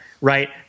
Right